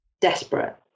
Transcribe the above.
desperate